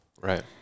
Right